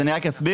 אני רק אסביר.